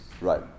Right